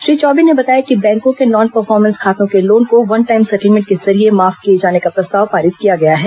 श्री चौबे ने बताया कि बैंकों के नान परफॉर्मेंस खातों के लोन को वन टाइम सेटलमेंट के लिए जरिये माफ किये जाने का प्रस्ताव पारित किया गया है